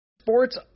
Sports